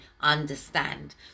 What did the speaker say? understand